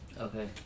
Okay